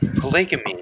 polygamy